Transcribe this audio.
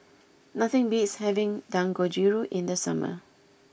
nothing beats having Dangojiru in the summer